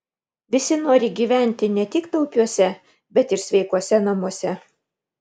visi nori gyventi ne tik taupiuose bet ir sveikuose namuose